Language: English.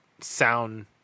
sound